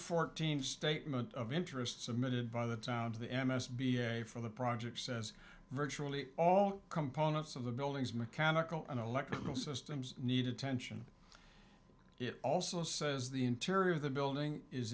fourteen statement of interest submitted by the town to the m s b a for the project says virtually all components of the building's mechanical and electrical systems need attention it also says the interior of the building is